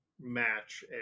match